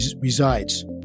resides